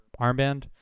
armband